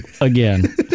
again